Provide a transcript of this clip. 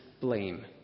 blame